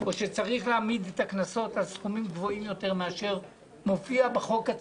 או שצריך להעמיד את הקנסות על סכומים גבוהים יותר מאשר מופיע בחוק עצמו.